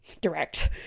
direct